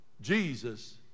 Jesus